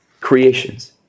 creations